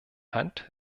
hand